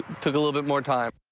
to the little bit more time.